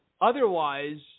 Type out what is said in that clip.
Otherwise